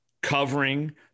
covering